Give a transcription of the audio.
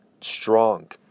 strong